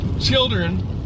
children